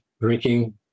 drinking